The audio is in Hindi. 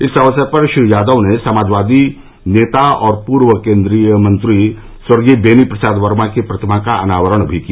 इस अक्सर पर श्री यादव ने समाजवादी नेता और पूर्व केन्द्रीय मंत्री स्वर्गीय बेनी प्रसाद वर्मा की प्रतिमा का अनावरण भी किया